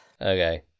Okay